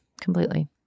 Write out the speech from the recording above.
completely